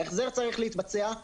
ההחזר צריך להתבצע,